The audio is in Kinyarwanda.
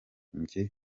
njye